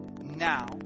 now